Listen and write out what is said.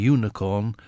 Unicorn